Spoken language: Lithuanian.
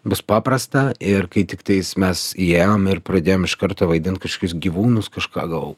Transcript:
bus paprasta ir kai tiktai mes įėjom ir pradėjom iš karto vaidint kažkokius gyvūnus kažką gal